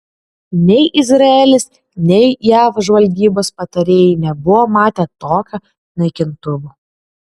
nei izraelis nei jav žvalgybos patarėjai nebuvo matę tokio naikintuvo